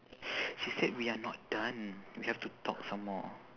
she said we are not done we have to talk some more